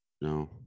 no